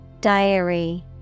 Diary